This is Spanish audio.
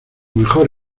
mejor